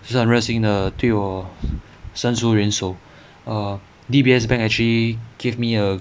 err 就是很热心地对我伸出援手 err D_B_S bank actually give me err